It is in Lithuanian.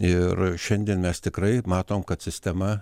ir šiandien mes tikrai matom kad sistema